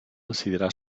decidirà